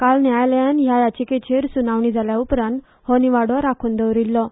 काल न्यायालयान ह्या याचिकेचेर सुनावणी जाल्या उपरांत हो निवाडो राखुन दवरिछ्ठो